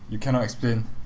you cannot explain